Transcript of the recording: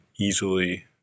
easily